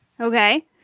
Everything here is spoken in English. Okay